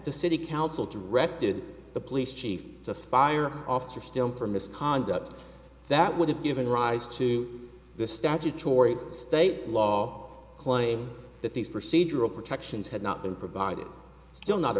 the city council directed the police chief to fire officer stone for misconduct that would have given rise to the statutory state law claim that these procedural protections had not been provided still not a